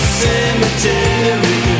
cemetery